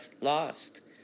lost